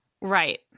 right